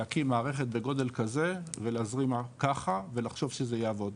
להקים מערכת בגודל כזה ולהזרים ככה ולחשוב שזה יעבוד,